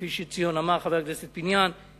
כפי שחבר הכנסת פיניאן אמר,